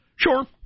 Sure